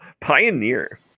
Pioneer